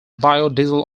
biodiesel